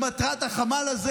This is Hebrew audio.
שמטרת החמ"ל הזה,